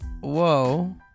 whoa